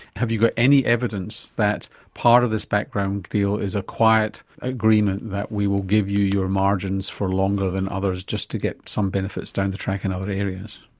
have you got any evidence that part of this background deal is a quiet agreement that we will give you your margins for longer than others just to get some benefits down the track in other areas?